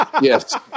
yes